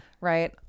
right